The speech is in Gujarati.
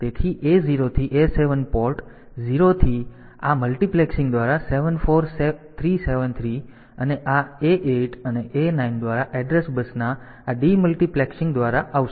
તેથી A0 થી A7 પોર્ટ 0 થી આ મલ્ટીપ્લેક્સીંગ દ્વારા 7 4 3 7 3 અને આ A8 અને A9 દ્વારા એડ્રેસ બસના આ ડિમલ્ટિપ્લેક્સીંગ દ્વારા આવશે